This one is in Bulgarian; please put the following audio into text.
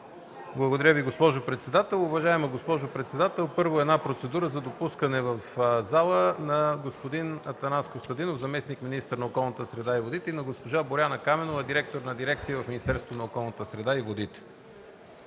Благодаря, госпожо председател. Първо – процедура за допускане в залата на господин Атанас Костадинов – заместник-министър на околната среда и водите, и на госпожа Боряна Каменова – директор на дирекция в Министерството на околната среда и водите.